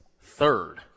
third